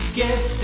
Guess